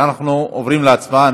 אנחנו עוברים להצבעה.